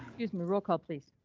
use morocco, please.